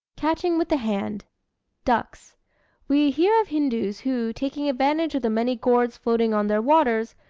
catching with the hand ducks we hear of hindoos who, taking advantage of the many gourds floating on their waters,